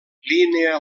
línia